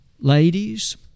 Ladies